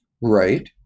Right